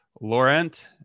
Laurent